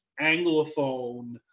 anglophone